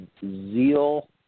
zeal